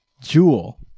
Jewel